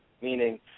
meaning